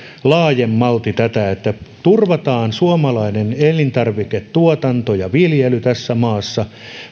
laajemmalti tätä niin että turvataan suomalainen elintarviketuotanto ja viljely tässä maassa